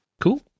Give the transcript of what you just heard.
Cool